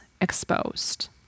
exposed